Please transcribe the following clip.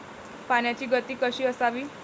पाण्याची गती कशी असावी?